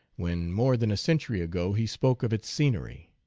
when more than a century ago he spoke of its scenery.